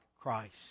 Christ